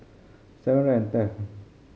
seven hundred and tenth